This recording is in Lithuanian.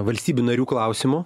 valstybių narių klausimu